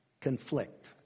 conflict